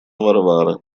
варвара